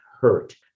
hurt